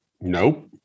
Nope